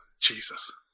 Jesus